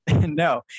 No